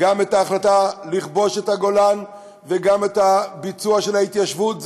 גם ההחלטה לכבוש את הגולן וגם הביצוע של ההתיישבות,